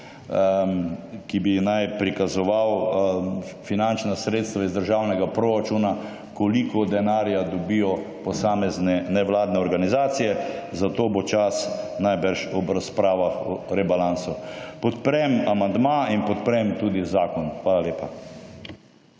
ki bi naj prikazoval finančna sredstva iz državnega proračuna koliko denarja dobijo posamezne nevladne organizacije, za to bo pač najbrž ob razpravah o rebalansu. Podprem amandma in podprem tudi zakon. Hvala lepa.